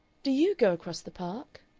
do you go across the park?